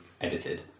edited